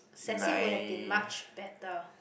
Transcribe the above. sassy would have been much better